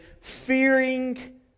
fearing